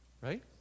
right